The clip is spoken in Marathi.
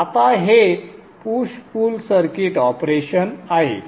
आता हे पुश पुल सर्किट ऑपरेशन आहे